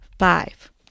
Five